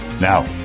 Now